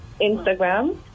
Instagram